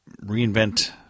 reinvent